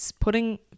putting